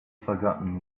forgotten